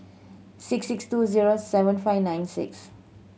six six two zero seven five nine six